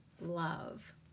love